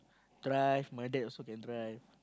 drive my dad also can drive